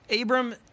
Abram